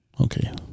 okay